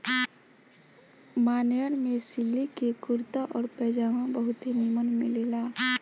मान्यवर में सिलिक के कुर्ता आउर पयजामा बहुते निमन मिलेला